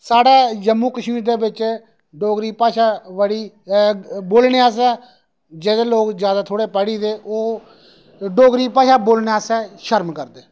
साढ़े जम्मू कश्मीर दे बिच डोगरी भाशा बड़ी ऐ ते बोलने अस जेह्ड़े लोग जैदा थोह्ड़े पढ़ी दे ओह् डोगरी भाशा बोलने आस्तै शर्म करदे